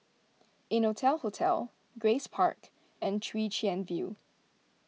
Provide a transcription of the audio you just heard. Innotel Hotel Grace Park and Chwee Chian View